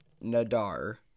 Nadar